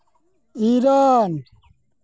ᱤᱨᱟᱱ